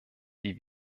die